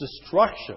destruction